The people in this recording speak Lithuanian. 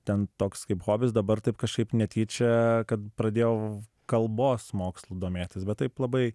ten toks kaip hobis dabar taip kažkaip netyčia kad pradėjau kalbos mokslu domėtis bet taip labai